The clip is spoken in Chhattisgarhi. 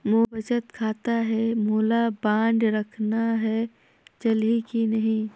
मोर बचत खाता है मोला बांड रखना है चलही की नहीं?